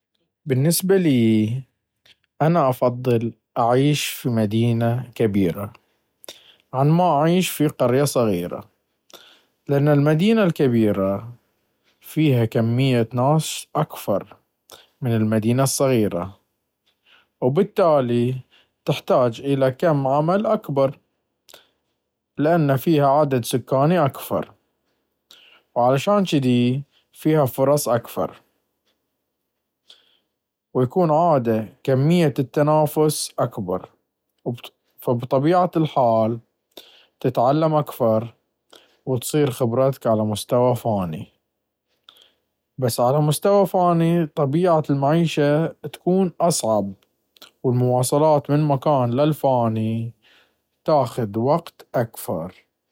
بالنسبة لي أنا أفضل أعيش في مدينة كبيرة عن ما أعيش في قرية صغيرة، لأنه المدينة الكبيرة فيها كمية ناس أكثر من المدينة الصغيرة. وبالتالي تحتاج إلى كم عمل أكبر، لأنه فيها عدد سكاني أكثر، وعشان جدي فيها فرص اكثر. ويكون عادةً كمية التنافي أكبر، وبطبيعة الحال تتعلم أكثر وتصير خبرتك على مستوى ثاني. بس على مستوى ثاني طبيعة المعيشة تكون أصعب، ومواصلات من المكان للثاني تاخذ وقت اكثر.